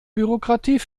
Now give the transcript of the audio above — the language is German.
bürokratie